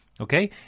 Okay